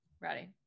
ready